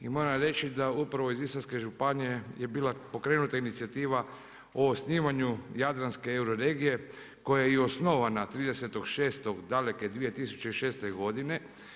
I moram reći da upravo iz Istarske županije je bila pokrenuta inicijativa o osnivanju Jadranske euroregije koja je i osnovana 30.06. dakle 2006. godine.